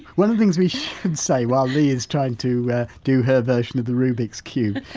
one of the things we should say, while lee is trying to do her version of the rubik's cube,